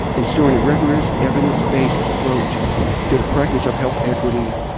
ensuring a rigorous evidence-based approach to the practice of health equity,